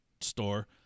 store